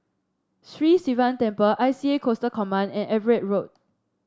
Sri Sivan Temple I C A Coastal Command and Everitt Road